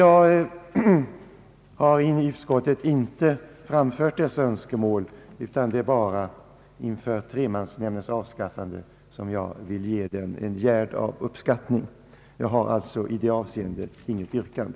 Jag har som sagt inte framfört nå got önskemål i utskottet om bibehållande av tremansnämnden, men inför avskaffande vill jag ge den en gärd av uppskattning. Jag har alltså, herr talman, i det avseendet inget yrkande.